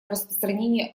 распространения